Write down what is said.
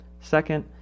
Second